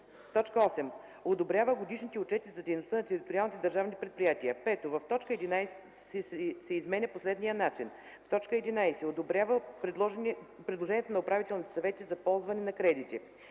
начин: „8. одобрява годишните отчети за дейността на териториалните държавни предприятия”. 5. В т. 11 се изменя по следният начин: „11. одобрява предложенията на Управителните съвети за ползване на кредити”.”